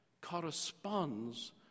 corresponds